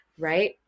right